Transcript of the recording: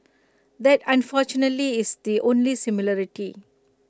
that unfortunately is the only similarity